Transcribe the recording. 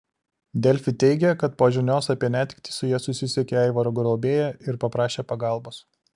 delfi teigė kad po žinios apie netektį su ja susisiekė aivaro globėja ir paprašė pagalbos